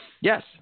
Yes